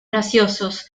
graciosos